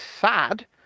sad